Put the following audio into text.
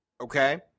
okay